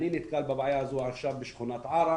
אני נתקבל בבעיה הזאת עכשיו בשכונת עארה,